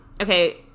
Okay